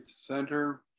center